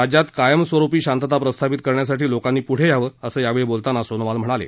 राज्यात कायम स्वरुपी शांतता प्रस्थापित करण्यासाठी लोकांनी पुढे यावं असं यावेळी बोलताना सोनोवाल म्हणाले